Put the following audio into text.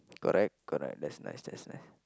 correct correct that's nice that's nice